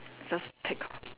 just pick